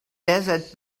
desert